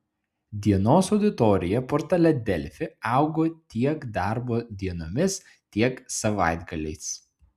dienos auditorija portale delfi augo tiek darbo dienomis tiek savaitgaliais